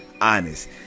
honest